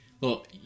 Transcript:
Look